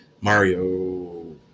Mario